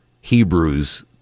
Hebrews